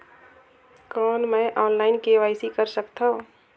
कौन मैं online KYC कर सकथव?